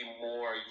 more